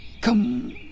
come